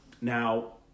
Now